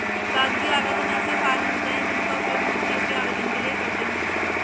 कागजी आवेदन ऐसे फॉर्म होते हैं जिनका उपयोग नौकरियों के आवेदन के लिए करते हैं